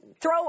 throw